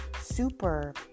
super